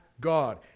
God